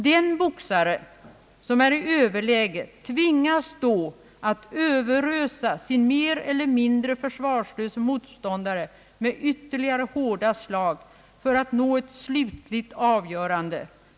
Den boxare, som är i överläge, tvingas då att överösa sin mer eller mindre försvarslöse motståndare med ytterligare hårda slag för att nå ett slutligt avgörande.